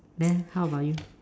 then how about you